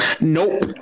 nope